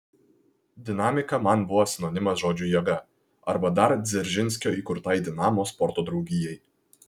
dinamika man buvo sinonimas žodžiui jėga arba dar dzeržinskio įkurtai dinamo sporto draugijai